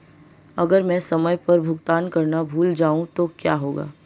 अगर मैं समय पर भुगतान करना भूल जाऊं तो क्या होगा?